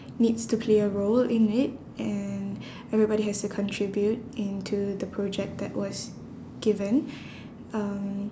needs to play a role in it and everybody has to contribute into the project that was given um